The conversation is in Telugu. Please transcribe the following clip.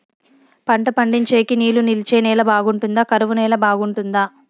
పంట పండించేకి నీళ్లు నిలిచే నేల బాగుంటుందా? కరువు నేల బాగుంటుందా?